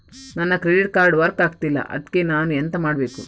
ನನ್ನ credit card work ಆಗ್ತಿಲ್ಲ ಅದ್ಕೆ ನಾನು ಎಂತ ಮಾಡಬೇಕು?